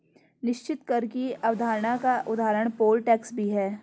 निश्चित कर की अवधारणा का एक उदाहरण पोल टैक्स भी है